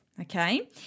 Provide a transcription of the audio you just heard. Okay